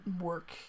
work